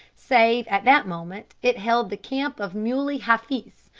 save at that moment it held the camp of muley hafiz,